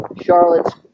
Charlotte's